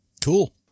Cool